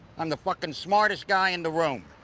i'm the fucking smartest guy in the room.